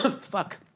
Fuck